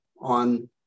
on